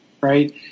right